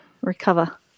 recover